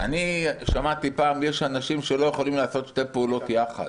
אני שמעתי שיש אנשים שלא יכולים לעשות שתי פעולות יחד.